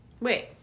Wait